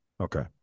Okay